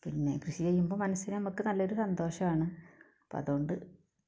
പിന്നെ കൃഷി ചെയ്യുമ്പോൾ മനസ്സില് നമുക്ക് നല്ലൊരു സന്തോഷമാണ് അപ്പം അതുകൊണ്ട്